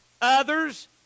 others